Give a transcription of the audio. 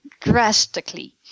drastically